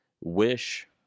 wish